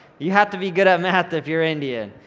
you have to be good at math if you're indian.